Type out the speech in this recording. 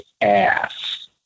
ass